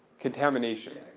contamination.